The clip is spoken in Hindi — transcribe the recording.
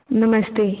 नमस्ते